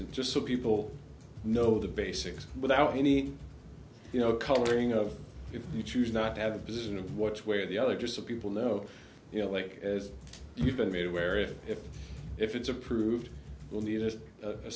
isn't just so people know the basics without any you know covering of if you choose not to have a position of watch where the other just of people know you know like as you've been made aware if if if it's approved